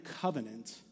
covenant